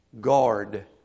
guard